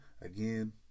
again